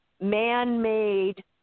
man-made